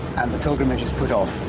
the pilgrimage is put off.